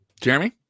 jeremy